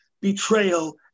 betrayal